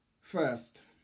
first